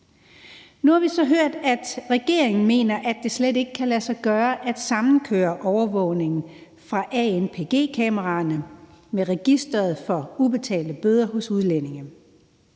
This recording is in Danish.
Nu har vi så hørt, at regeringen mener, at det slet ikke kan lade sig gøre at sammenkøre overvågningen fra anpg-kameraerne med registeret for ubetalte bøder hos udlændinge.